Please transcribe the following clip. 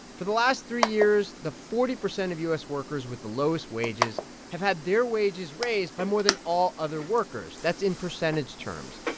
for the last three years, the forty percent of u s. workers with the lowest wages have had their wages raised by more than all other workers. that's in percentage terms.